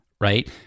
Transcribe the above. right